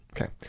Okay